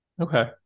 Okay